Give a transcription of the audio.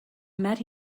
met